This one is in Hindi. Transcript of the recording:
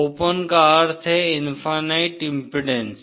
ओपन का अर्थ है इनफाइनाइट इम्पीडेन्स